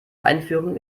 einführung